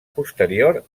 posterior